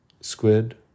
squid